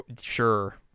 sure